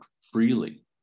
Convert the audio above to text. freely